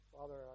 Father